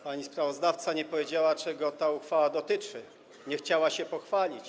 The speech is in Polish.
Pani sprawozdawca nie powiedziała, czego ta uchwała dotyczy, nie chciała się pochwalić.